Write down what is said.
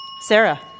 Sarah